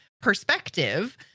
perspective